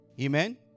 Amen